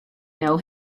know